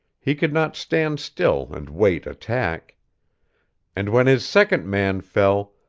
he could not stand still and wait attack and when his second man fell,